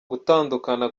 gutandukana